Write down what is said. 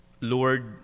Lord